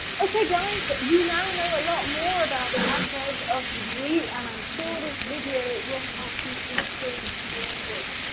okay, guys. you now know a lot more about adverbs of degree. and i'm sure this video will help you improve your english,